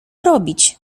robić